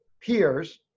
peers